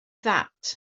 that